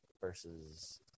versus